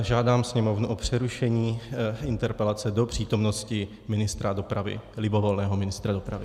Žádám Sněmovnu o přerušení interpelace do přítomnosti ministra dopravy, libovolného ministra dopravy.